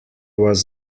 was